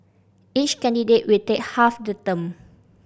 each candidate will take half the term